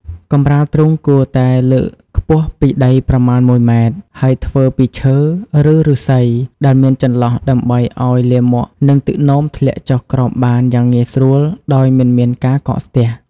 កម្រាលទ្រុងគួរតែលើកខ្ពស់ពីដីប្រមាណមួយម៉ែត្រ ហើយធ្វើពីឈើឬឬស្សីដែលមានចន្លោះដើម្បីឲ្យលាមកនិងទឹកនោមធ្លាក់ចុះក្រោមបានយ៉ាងងាយស្រួលដោយមិនមានការកកស្ទះ។